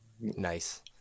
nice